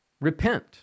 repent